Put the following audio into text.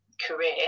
career